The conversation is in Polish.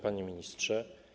Panie Ministrze!